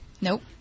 Nope